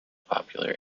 popular